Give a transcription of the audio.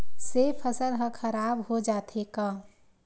से फसल ह खराब हो जाथे का?